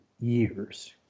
years